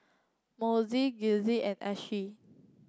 Mossie Giselle and Ashlie